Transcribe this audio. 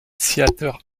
theater